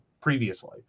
previously